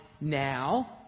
now